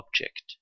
object